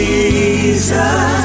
Jesus